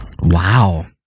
Wow